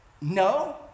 No